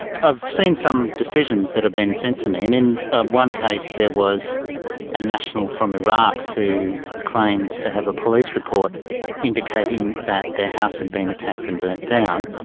i've seen some decisions that have been sent to me, and in um one case there was a national from iraq who claimed to have a police report indicating that their house had been attacked and burned down,